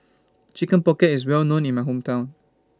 Chicken Pocket IS Well known in My Hometown